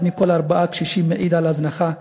אחד מכל ארבעה קשישים מעיד על הזנחה.